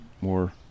more